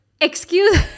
Excuse